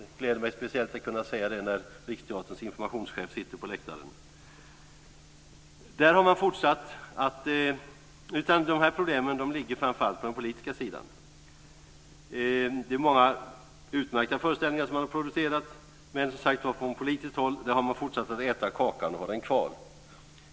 Det gläder mig speciellt att kunna säga det nu när Riksteaterns informationschef sitter på åhörarläktaren. De här problemen ligger framför allt på den politiska sidan. Det är många utmärkta föreställningar som har producerats men, som sagt var, från politiskt håll har man fortsatt att äta kakan och ha den kvar.